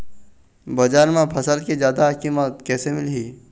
बजार म फसल के जादा कीमत कैसे मिलही?